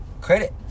credit